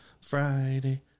Friday